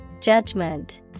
Judgment